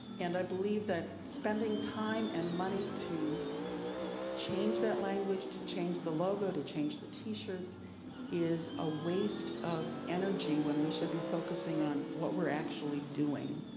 and i believe that spending time and money to change that language language, to change the logo, to change the t-shirts is a waste of energy when we should be focusing on what we're actually doing.